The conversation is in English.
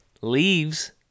leaves